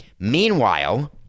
meanwhile